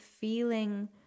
feeling